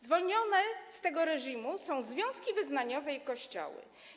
Zwolnione z tego reżimu są związki wyznaniowe i kościoły.